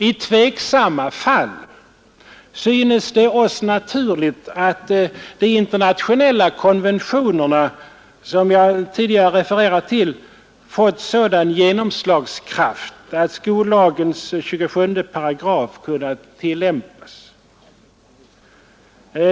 I tveksamma fall synes det oss naturligt att de internationella konventionerna, som jag tidigare refererat till, fått sådan genomslagskraft att skollagens 27 § kunnat tillämpas.